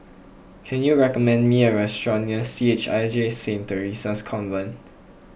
can you recommend me a restaurant near C H I J Saint theresa's Convent